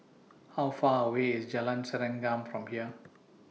How Far away IS Jalan Serengam from here